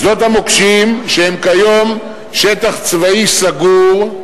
שדות המוקשים הם כיום שטח צבאי סגור,